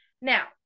now